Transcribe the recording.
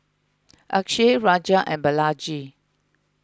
Akshay Raja and Balaji